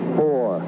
four